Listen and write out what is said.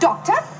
Doctor